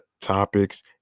topics